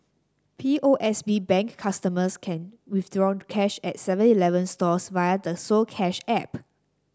P O S B Bank customers can withdraw cash at seven Eleven stores via the so Cash app